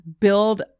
build